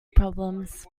problems